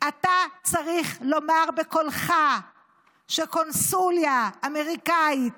אתה צריך לומר בקולך שקונסוליה אמריקאית